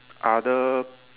other